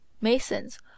masons